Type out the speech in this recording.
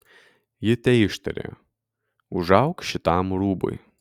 ji teištarė užauk šitam rūbui